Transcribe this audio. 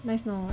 nice not